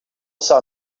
saw